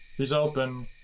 he's open.